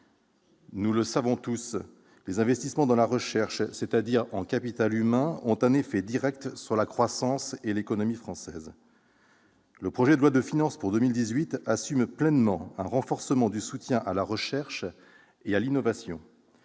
Nous le savons tous, les investissements dans la recherche, c'est-à-dire en capital humain, ont un effet direct sur la croissance et l'économie françaises. Le projet de loi de finances pour 2018 assume pleinement un renforcement du soutien à la recherche, dont